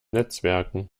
netzwerken